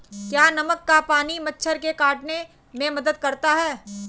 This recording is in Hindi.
क्या नमक का पानी मच्छर के काटने में मदद करता है?